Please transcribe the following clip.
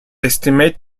estimate